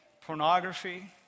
pornography